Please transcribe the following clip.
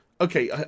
Okay